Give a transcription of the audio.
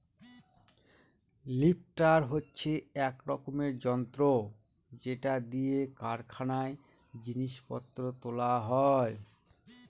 lifter হচ্ছে এক রকমের যন্ত্র যেটা দিয়ে কারখানায় জিনিস পত্র তোলা হয়